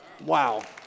Wow